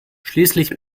schließlich